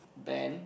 band